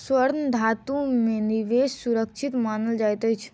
स्वर्ण धातु में निवेश सुरक्षित मानल जाइत अछि